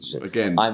Again